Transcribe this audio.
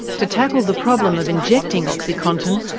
to tackle the problem of injecting oxycontin,